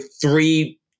three